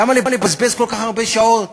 למה לבזבז כל כך הרבה שעות